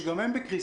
שגם הם בקריסה,